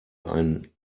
ein